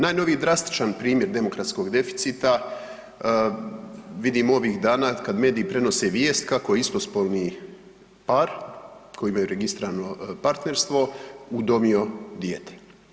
Najnoviji drastičan primjer demokratskog deficita vidimo ovih dana kad mediji prenose vijest kako je istospolni par koji imaju registrirano partnerstvo, udomio dijete.